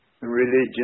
religion